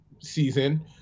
season